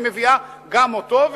אני מביאה גם אותו,